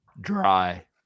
dry